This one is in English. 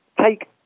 take